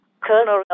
colonel